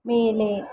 ಮೇಲೆ